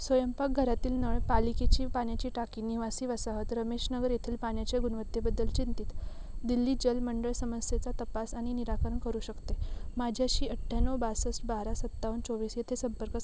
स्वयंपाकघरातील नळ पालिकेची पाण्याची टाकी निवासी वसाहत रमेशनगर येथील पाण्याच्या गुणवत्तेबद्दल चिंतीत दिल्ली जल मंडळ समस्येचा तपास आणि निराकरण करू शकते माझ्याशी अठ्याण्णव बासष्ट बारा सत्तावन्न चोवीस येथे संपर्क सा